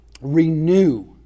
renew